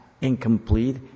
incomplete